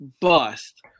bust